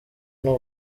n’u